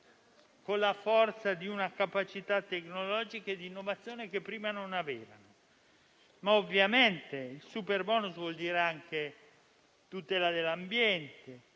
con la forza di una capacità tecnologica e di innovazione mai avuta in passato. Ovviamente il superbonus vuol dire anche tutela dell'ambiente